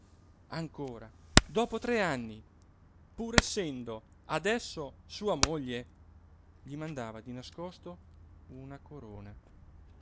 ancora dopo tre anni pur essendo adesso sua moglie gli mandava di nascosto una corona